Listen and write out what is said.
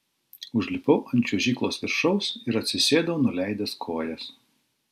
užlipau ant čiuožyklos viršaus ir atsisėdau nuleidęs kojas